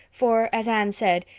for, as anne said,